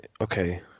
okay